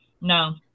No